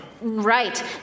Right